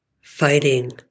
fighting